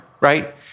right